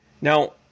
Now